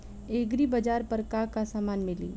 एग्रीबाजार पर का का समान मिली?